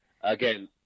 Again